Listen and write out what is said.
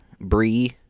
Bree